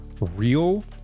real